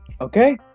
Okay